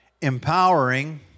empowering